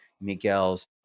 Miguel's